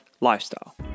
lifestyle